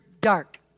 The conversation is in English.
dark